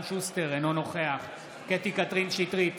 אינו נוכח קטי קטרין שטרית,